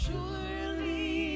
Surely